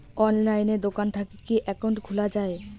অনলাইনে দোকান থাকি কি একাউন্ট খুলা যায়?